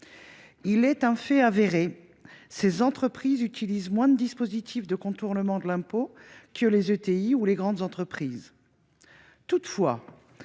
Il est un fait avéré : ces entreprises utilisent moins de dispositifs de contournement de l’impôt que les ETI ou que les grandes entreprises. Toutefois,